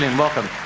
welcome.